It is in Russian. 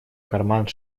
карман